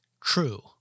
true